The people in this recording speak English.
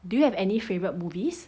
do you have any favorite movies